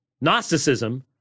Gnosticism